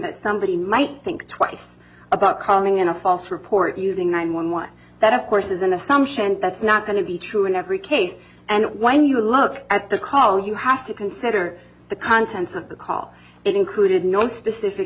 that somebody might think twice about coming in a false report using nine one one that of course is an assumption and that's not going to be true in every case and when you look at the call you have to consider the contents of the call it included no specific